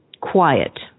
quiet